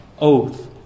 oath